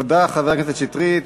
תודה, חבר הכנסת שטרית.